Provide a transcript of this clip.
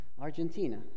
Argentina